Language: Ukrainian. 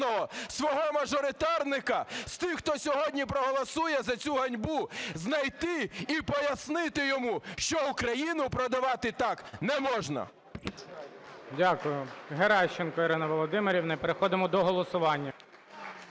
свого мажоритарника з тих, хто сьогодні проголосує за цю ганьбу, знайти і пояснити йому, що Україну продавати так не можна. ГОЛОВУЮЧИЙ. Дякую. Геращенко Ірина Володимирівна і переходимо до голосування.